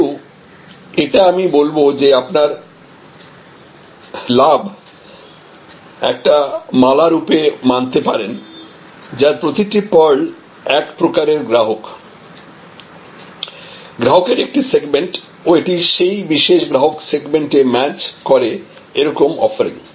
কিন্তু এটা আমি বলব যে আপনার লাভ একটি মালারুপে মানতে পারেন যার প্রতিটি পার্ল এক প্রকারের গ্রাহক গ্রাহকের একটি সেগমেন্ট ও এটি সেই বিশেষ গ্রাহক সেগমেন্ট এ ম্যাচ করে এরকম অফারিং